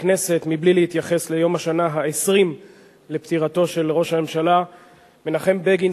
בכנסת מבלי להתייחס ליום השנה ה-20 לפטירתו של ראש הממשלה מנחם בגין,